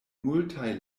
multaj